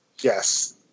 Yes